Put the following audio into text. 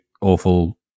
awful